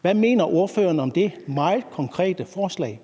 Hvad mener ordføreren om det meget konkrete forslag?